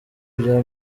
bya